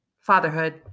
fatherhood